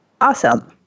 Awesome